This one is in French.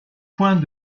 point